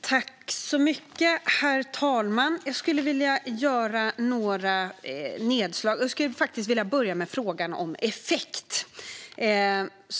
Herr talman! Jag skulle vilja göra några nedslag, och jag börjar med frågan om effekt.